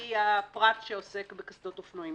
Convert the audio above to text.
לפי הפרט שעוסק בקסדות אופנועים.